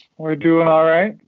we're doing all right.